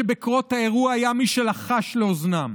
אלה שבקרות האירוע היה מי שלחש לאוזנם,